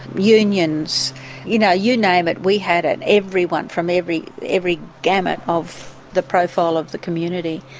unions you know, you name it we had it, everyone from every every gamut of the profile of the community.